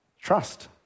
Trust